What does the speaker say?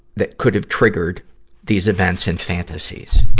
that could have triggered these events and fantasies.